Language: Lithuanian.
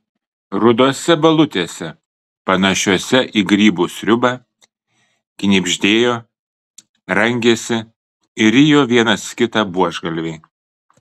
rudose balutėse panašiose į grybų sriubą knibždėjo rangėsi ir rijo vienas kitą buožgalviai